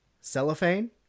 cellophane